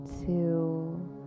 two